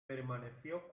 permaneció